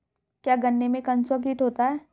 क्या गन्नों में कंसुआ कीट होता है?